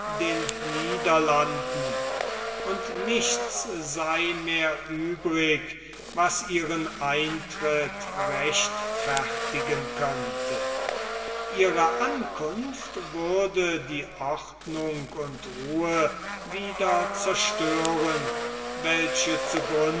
den niederlanden und nichts sei mehr übrig was ihren eintritt rechtfertigen könnte ihre ankunft würde die ordnung und ruhe wieder zerstören welche